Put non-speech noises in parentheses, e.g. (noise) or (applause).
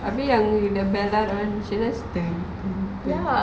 abeh yang the bella that [one] she just (noise)